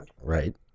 right